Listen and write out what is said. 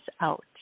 out